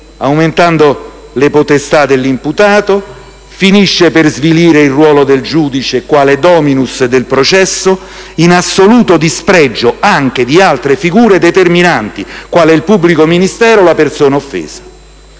aumentando le potestà dell'imputato finisce per svilire il ruolo del giudice quale *dominus* del processo, in assoluto dispregio anche di altre figure determinanti quali il pubblico ministero o la persona offesa.